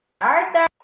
Arthur